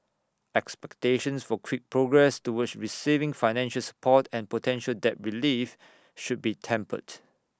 expectations for quick progress toward receiving financial support and potential debt relief should be tempered